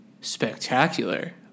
spectacular